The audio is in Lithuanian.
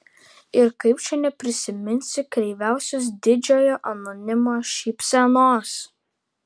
ir kaip čia neprisiminsi kreiviausios didžiojo anonimo šypsenos